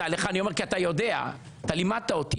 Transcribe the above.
לך אני אומר כי אתה יודע, אתה לימדת אותי.